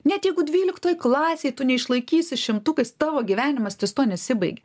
net jeigu dvyliktoj klasėj tu neišlaikysi šimtukais tavo gyvenimas ties tuo nesibaigia